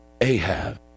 Ahab